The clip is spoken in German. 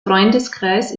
freundeskreis